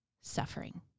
suffering